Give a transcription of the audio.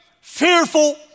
fearful